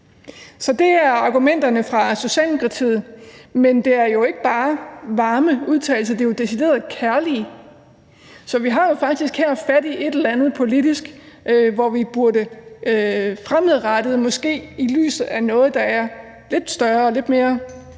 Så det er argumenterne fra Socialdemokratiet. Men det er jo ikke bare varme udtalelser; det er decideret kærlige udtalelser. Så her har vi jo faktisk fat i et eller andet politisk, hvor vi måske fremadrettet i lyset af noget, der er lidt større og lidt tungere